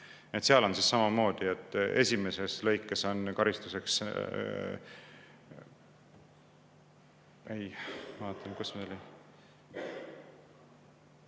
Seal on samamoodi, et esimeses lõikes on karistuseks